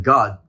God